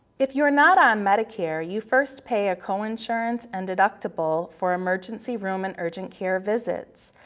if you're not on medicare, you first pay a coinsurance and deductible for emergency room and urgent care visits,